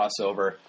crossover